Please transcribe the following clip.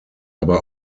aber